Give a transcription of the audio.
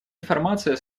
информация